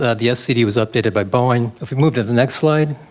ah the scd was updated by boeing. if we move to the next slide.